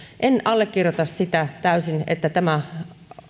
en allekirjoita sitä täysin että tämä